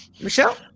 Michelle